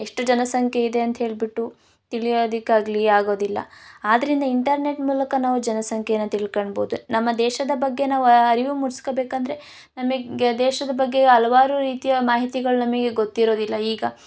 ಎಷ್ಟು ಜನ ಸಂಖ್ಯೆ ಇದೆ ಅಂತ ಹೇಳಿಬಿಟ್ಟು ತಿಳಿಯೋದಕಾಗ್ಲಿ ಆಗೋದಿಲ್ಲ ಆದ್ರಿಂದ ಇಂಟರ್ನೆಟ್ ಮೂಲಕ ನಾವು ಜನ ಸಂಖ್ಯೆಯನ್ನ ತಿಳ್ಕೋಳ್ಬೋದು ನಮ್ಮ ದೇಶದ ಬಗ್ಗೆ ನಾವು ಅರಿವು ಮೂಡಿಸ್ಕೋಬೇಕಂದ್ರೆ ನಮಗೆ ದೇಶದ ಬಗ್ಗೆ ಹಲವಾರು ರೀತಿಯ ಮಾಹಿತಿಗಳು ನಮಗೆ ಗೊತ್ತಿರೋದಿಲ್ಲ ಈಗ